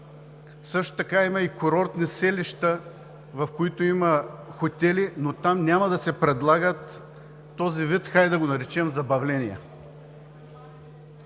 също така има курортни селища, в които има хотели, но там няма да се предлагат този вид, хайде да го наречем, забавления.